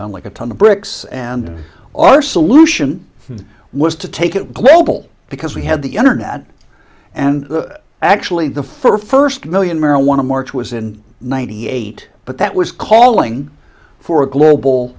down like a ton of bricks and our solution was to take it global because we had the internet and actually the for first million marijuana march was in ninety eight but that was calling for a global